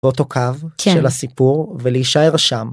באותו קו. כן. של הסיפור, ולהישאר שם.